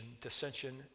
dissension